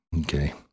Okay